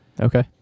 okay